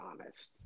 honest